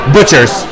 Butchers